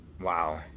Wow